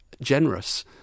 generous